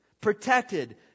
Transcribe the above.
protected